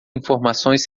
informações